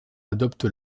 adopte